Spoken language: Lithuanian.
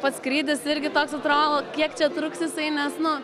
pats skrydis irgi toks atrodo kiek čia truks jisai nes nu